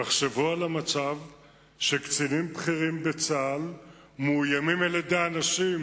תחשבו על המצב שקצינים בכירים בצה"ל מאוימים על-ידי אנשים